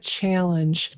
challenge